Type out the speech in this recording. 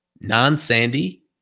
non-Sandy